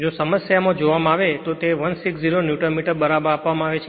જો સમસ્યામાં જોવામાં આવે તો તેને 160 ન્યૂટન મીટર બરાબર આપવામાં આવે છે